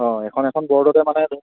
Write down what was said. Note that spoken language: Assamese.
অঁ এখন এখন ব'ৰ্ডতে মানে